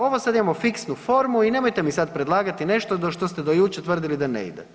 Ovo sad imamo fiksnu formu i nemojte mi sad predlagati nešto do što ste do jučer tvrdili da ne ide.